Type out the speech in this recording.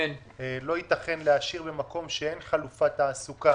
לא יתכן להשאיר במקום שאין חלופת תעסוקה